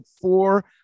four